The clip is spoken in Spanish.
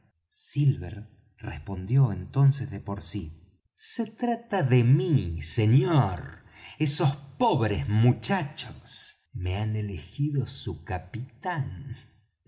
silver respondió entonces de por sí se trata de mí señor esos pobres muchachos me han elegido su capitán